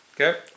Okay